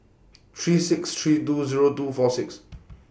three six three two Zero two four six